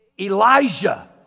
Elijah